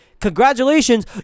congratulations